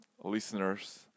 listeners